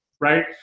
right